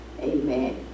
Amen